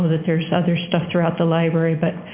that there is other stuff throughout the library, but